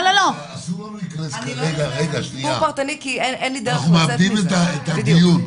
אנחנו מאבדים את הדיוק.